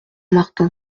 martin